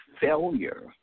failure